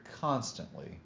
constantly